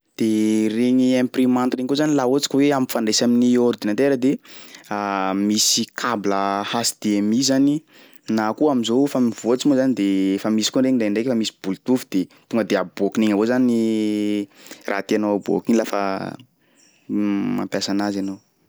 Dee regny imprimante regny koa zany laha ohatsy ka hoe ampifandraisy amin'ny ordinatera de misy kabla HDMI zany na koa am'zao fa mivoatry moa zany de fa misy koa regny ndraindraiky la misy bluetooth de tonga de aboakiny igny avao zany raha tianao aboaky iny lafa mampiasa anazy anao.